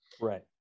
Right